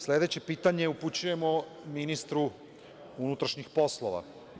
Sledeće pitanje upućujemo ministru unutrašnjih poslova.